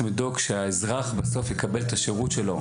לדאוג שהאזרח בסוף יקבל את השירות שלו.